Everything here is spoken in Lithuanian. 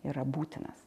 yra būtinas